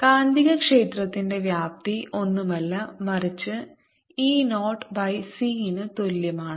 കാന്തികക്ഷേത്രത്തിന്റെ വ്യാപ്തി ഒന്നുമല്ല മറിച്ച് e 0 ബൈ c ന് തുല്യമാണ്